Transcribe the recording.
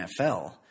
NFL